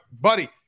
buddy